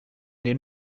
den